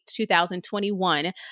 2021